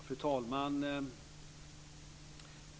Fru talman!